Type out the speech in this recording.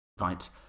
Right